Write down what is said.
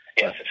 yes